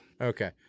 Okay